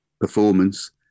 performance